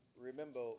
remember